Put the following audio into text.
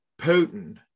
Putin